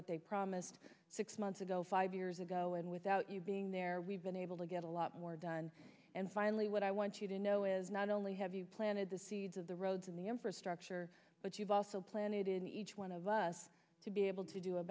what they promised six months ago five years ago and without you being there we've been able to get a lot more done and finally what i want you to know is not only have you planted the seeds of the roads in the infrastructure but you've also planted in each one of us to be able to do a